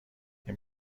این